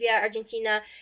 Argentina